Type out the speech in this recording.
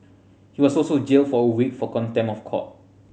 he was also jailed for a week for contempt of court